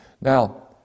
Now